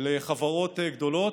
לחברות גדולות.